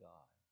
God